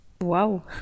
wow